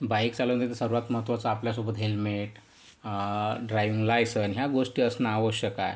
bike चालवतानाचा सर्वांत महत्त्वाचं आपल्यासोबत हेल्मेट ड्रायव्हिंग लायसन ह्या गोष्टी असणं आवश्यक आहे